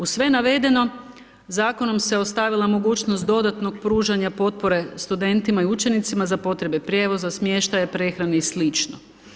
Uz sve navedeno zakonom se ostavila mogućnost dodatnog pružanja potpore studentima i učenicima za potrebe prijevoza, smještaja, prehrane i sl.